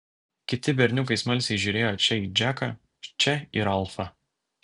kiti berniukai smalsiai žiūrėjo čia į džeką čia į ralfą